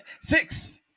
Six